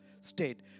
state